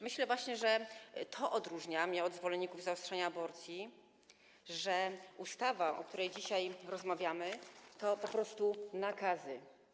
Myślę właśnie, to odróżnia mnie od zwolenników zaostrzenia aborcji, że ustawa, o której dzisiaj rozmawiamy, to po prostu nakazy.